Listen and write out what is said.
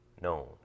known